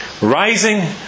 rising